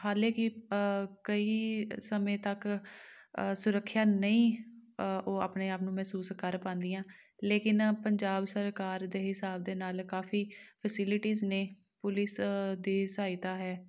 ਹਾਲੇ ਕਿ ਕਈ ਸਮੇਂ ਤੱਕ ਸੁਰੱਖਿਆ ਨਹੀਂ ਉਹ ਅਪਣੇ ਆਪ ਨੂੰ ਮਹਿਸੂਸ ਕਰ ਪਾਉਂਦੀਆਂ ਲੇਕਿਨ ਪੰਜਾਬ ਸਰਕਾਰ ਦੇ ਹਿਸਾਬ ਦੇ ਨਾਲ ਕਾਫੀ ਫਸਿਲਿਟੀਜ਼ ਨੇ ਪੁਲਿਸ ਦੀ ਸਹਾਇਤਾ ਹੈ